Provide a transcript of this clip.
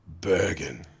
Bergen